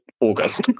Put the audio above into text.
August